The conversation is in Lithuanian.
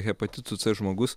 hepatitu c žmogus